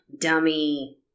Dummy